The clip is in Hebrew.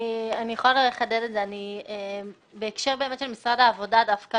אני יכולה לחדד את זה בהקשר של משרד העבודה דווקא